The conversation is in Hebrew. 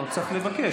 צריך לבקש.